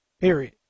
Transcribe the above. period